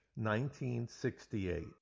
1968